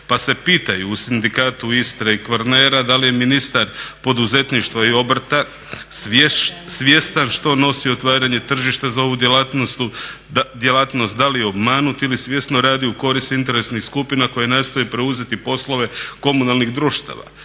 Pa se pitaju u Sindikatu Istre i Kvarnera da li je ministar poduzetništva i obrta svjestan što nosi otvaranje tržišta za ovu djelatnost, da li je obmanut ili svjesno radi u korist interesnih skupina koje nastoje preuzeti djelatnost komunalnih društava